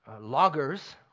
loggers